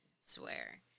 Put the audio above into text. Swear